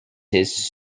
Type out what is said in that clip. his